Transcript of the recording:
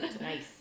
nice